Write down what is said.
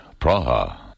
Praha